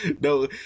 no